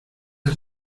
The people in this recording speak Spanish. has